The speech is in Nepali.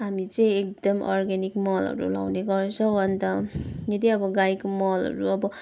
हामी चाहिँ एकदम अर्ग्यानिक मलहरू लाउने गर्छौँ अन्त यदि अब गाईको मलहरू अब